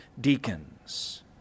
deacons